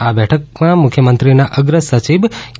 આ બેઠકમાં મુખ્યમંત્રીના અગ્ર સચિવ કે